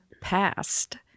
past